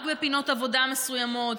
רק בפינות עבודה מסוימות,